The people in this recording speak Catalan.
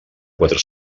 quatre